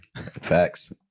Facts